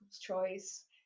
choice